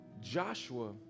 Joshua